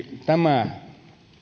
tämä